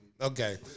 Okay